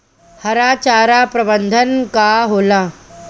हरा चारा प्रबंधन का होला?